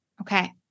Okay